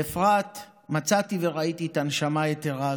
באפרת מצאתי וראיתי את הנשמה היתרה הזאת.